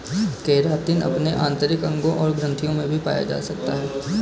keratin आपके आंतरिक अंगों और ग्रंथियों में भी पाया जा सकता है